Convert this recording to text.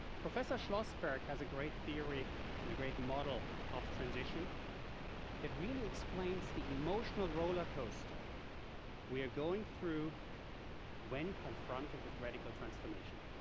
professor schlossberg has a great theory and a great model of transition that really explains the emotional roller coaster we are going through when confronted with radical transformation.